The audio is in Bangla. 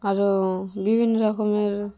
আরও বিভিন্ন রকমের